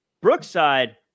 Brookside